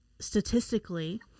statistically